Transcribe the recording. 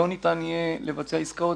לא ניתן יהיה לבצע עסקאות.